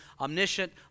omniscient